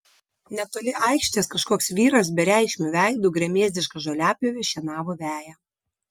netoli aikštės kažkoks vyras bereikšmiu veidu gremėzdiška žoliapjove šienavo veją